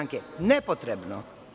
Nepotrebno.